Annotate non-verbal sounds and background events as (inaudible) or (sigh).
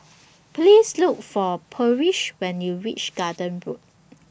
(noise) Please Look For Parrish when YOU REACH Garden Road